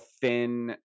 thin